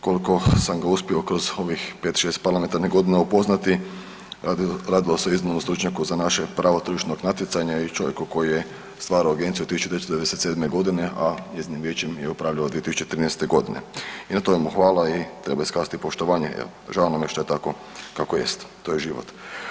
Koliko sam ga uspio kroz ovih 5, 6 parlamentarnih godina upoznati radilo se o iznimnom stručnjaku za naše pravo tržišnog natjecanja i čovjeku koji je stvarao agenciju od 1997.g., a njezinim vijećem je upravljao od 2013.g. i na tome mu hvala i treba iskazati poštovanje i žao nam je što je tako kako jest, to je život.